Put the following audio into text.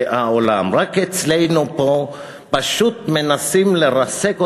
רק אצלנו פה פשוט מנסים לרסק אותה,